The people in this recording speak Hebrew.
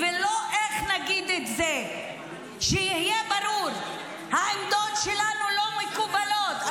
אני חושבת שזו לא צורה שמנהלים בה דיון בפרלמנט בתקופה שאנחנו